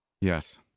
Yes